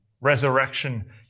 Resurrection